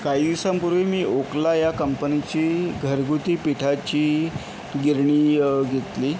काही ईसांपूर्वी मी ओकला ह्या कंपनीची घरगुती पिठाची गिरणी घेतली